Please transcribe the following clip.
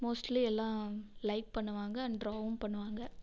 mostly எல்லாம் like பண்ணுவாங்க and ட்ராவும் பண்ணுவாங்க